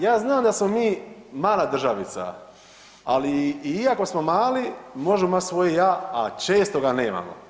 Ja znam da smo mi mala državica, ali i iako smo mali, možemo imati svoje ja, a često ga nemamo.